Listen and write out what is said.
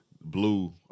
Blue